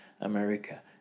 America